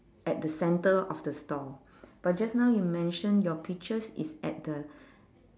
at the centre of the store but just now you mention your peaches is at the